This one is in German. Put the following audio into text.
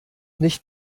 nicht